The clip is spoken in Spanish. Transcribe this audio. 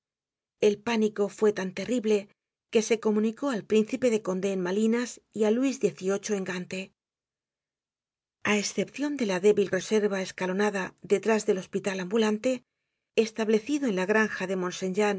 el pánico fue tan terrible que se comunicó al príncipe de condé en malinas y á luis xviii en gante a escepcion de la débil reserva escalonada detrás del hospital ambulante establecido en la gran ja de